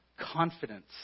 confidence